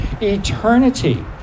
eternity